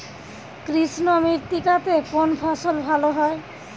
কৃষ্ণ মৃত্তিকা তে কোন ফসল ভালো হয়?